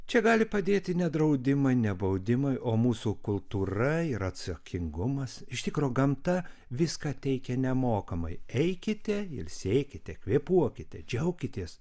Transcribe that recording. čia gali padėti ne draudimai ne baudimai o mūsų kultūra ir atsakingumas iš tikro gamta viską teikia nemokamai eikite ilsėkite kvėpuokite džiaukitės